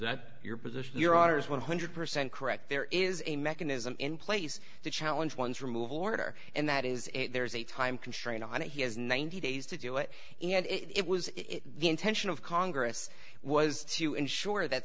that your position your order is one hundred percent correct there is a mechanism in place to challenge one's remove order and that is there is a time constraint and he has ninety days to do it and it was the intention of congress was to ensure that